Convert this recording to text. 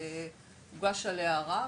הוגש עליה ערער,